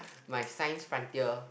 my science frontier